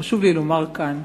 חשוב לי לומר כאן